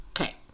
Okay